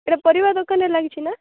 ଏଟା ପରିବା ଦୋକାନରେ ଲାଗିଛି ନା